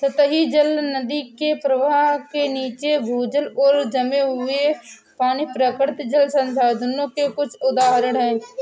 सतही जल, नदी के प्रवाह के नीचे, भूजल और जमे हुए पानी, प्राकृतिक जल संसाधनों के कुछ उदाहरण हैं